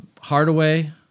Hardaway